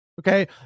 Okay